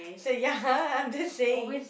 so ya I'm just saying